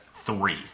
Three